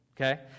Okay